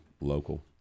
local